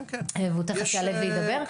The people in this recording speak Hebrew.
והוא תכף יעלה וידבר.